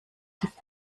gibt